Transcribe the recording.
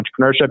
entrepreneurship